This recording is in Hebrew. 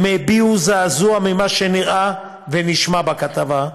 הם הביעו זעזוע ממה שנראה ונשמע בכתבה,